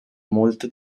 molte